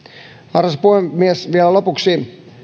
arvoisa puhemies vielä lopuksi